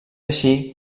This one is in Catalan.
així